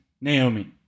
Naomi